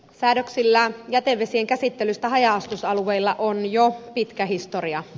säädöksillä jätevesien käsittelystä haja asutusalueilla on jo pitkä historia